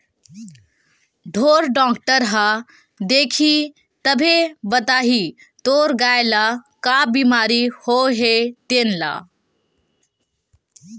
ढ़ोर डॉक्टर ह देखही तभे बताही तोर गाय ल का बिमारी होय हे तेन ल